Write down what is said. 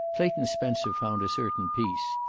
clayton spencer found a certain peace.